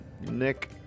Nick